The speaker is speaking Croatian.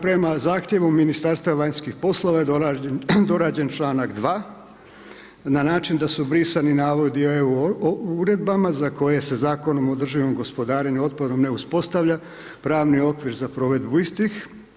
Prema zahtjevu Ministarstva vanjskih poslova je dorađen članak 2. na način da su brisani navodi o EU uredbama za koje se Zakonom o održivom gospodarenju otpadom ne uspostavlja pravni okvir za provedbu istih.